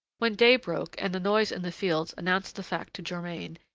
when day broke and the noise in the fields announced the fact to germain,